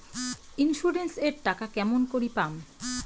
Insurance এর টাকা কেমন করি পাম?